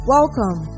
Welcome